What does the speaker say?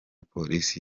polisi